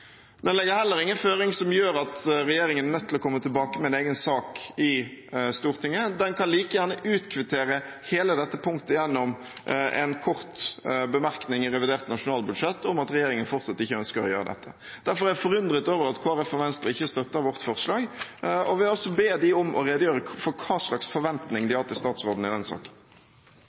Den legger heller ingen føring som gjør at regjeringen er nødt til å komme tilbake med en egen sak i Stortinget. Den kan like gjerne utkvittere hele dette punket gjennom en kort bemerkning i revidert nasjonalbudsjett om at regjeringen fortsatt ikke ønsker å gjøre dette. Derfor er jeg forundret over at Kristelig Folkeparti og Venstre ikke støtter vårt forslag, og jeg vil også be dem redegjøre for hva slags forventning de har til statsråden i denne saken.